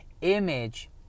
image